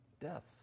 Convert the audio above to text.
death